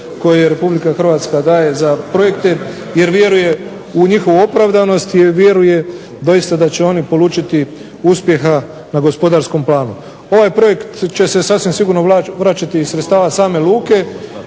koje Republika Hrvatska daje za projekte, jer vjeruje u njihovu opravdanost, jer vjeruje doista da će oni polučiti uspjeha na gospodarskom planu. Ovaj projekt će se sasvim sigurno vraćati iz sredstava same luke